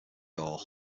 oar